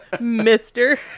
mister